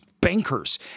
bankers